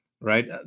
Right